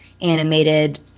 animated